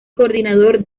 coordinador